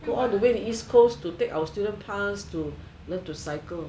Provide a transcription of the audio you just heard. go all the way to east coast take our student pass to learn to cycle